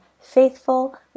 Faithful